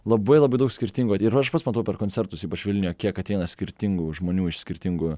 labai labai daug skirtingų ir aš pats matau per koncertus ypač vilniuje kiek ateina skirtingų žmonių iš skirtingų